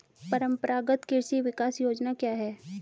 परंपरागत कृषि विकास योजना क्या है?